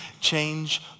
change